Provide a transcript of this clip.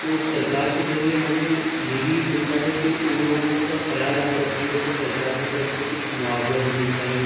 تو سرکار کے ذریعے ہمیں یہ بھی ملتا ہے کہ ان لوگوں کا خیال آپ رکھیں گے تو سرکار کی طرف سے کچھ معاوضہ بھی ملتا ہے